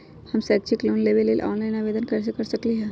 हम शैक्षिक लोन लेबे लेल ऑनलाइन आवेदन कैसे कर सकली ह?